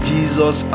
Jesus